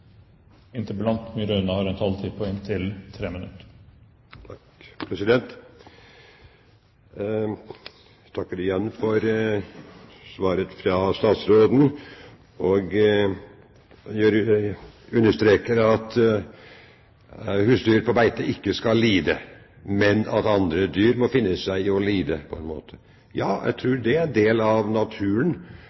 Jeg takker igjen for svaret fra statsråden og understreker at husdyr på beite ikke skal lide, men at andre dyr må finne seg i å lide. Ja, jeg tror det er en del av naturen